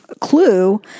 clue